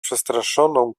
przestraszoną